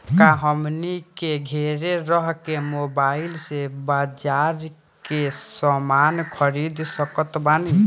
का हमनी के घेरे रह के मोब्बाइल से बाजार के समान खरीद सकत बनी?